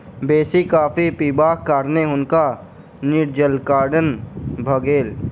बेसी कॉफ़ी पिबाक कारणें हुनका निर्जलीकरण भ गेल